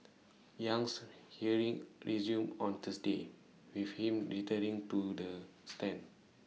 Yang's hearing resumes on Thursday with him returning to the stand